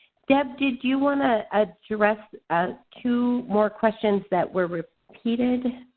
deb did you want to address two more questions that were repeated?